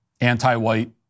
anti-white